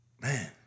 Man